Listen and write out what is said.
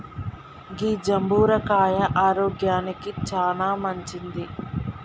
గీ జంబుర కాయ ఆరోగ్యానికి చానా మంచింది